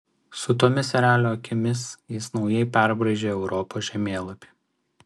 su tomis erelio akimis jis naujai perbraižė europos žemėlapį